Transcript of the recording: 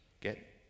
get